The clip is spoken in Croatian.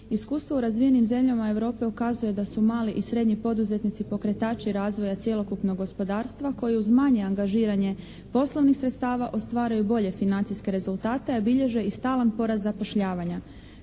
Iskustvo u razvijenim zemljama Europe ukazuje da su mali i srednji poduzetnici pokretači razvoja cjelokupnog gospodarstva koje uz manje angažiranje poslovnih sredstava ostvaruju bolje financijske rezultate a bilježe i stalan porast zapošljavanja.